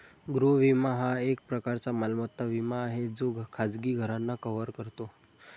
गृह विमा हा एक प्रकारचा मालमत्ता विमा आहे जो खाजगी घरांना कव्हर करतो